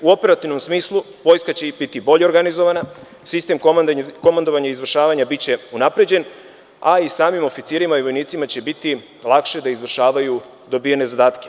U operativnom smislu vojska će biti i bolje organizovana, sistem komandovanja i izvršavanja biće unapređen, a i samim oficirima i vojnicima će biti lakše da izvršavaju dobijene zadatke.